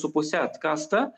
su puse atkasta